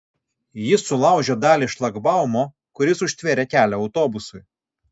jis sulaužė dalį šlagbaumo kuris užtvėrė kelią autobusui